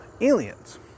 Aliens